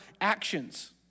actions